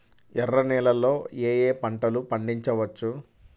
ఎర్ర నేలలలో ఏయే పంటలు పండించవచ్చు?